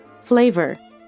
Flavor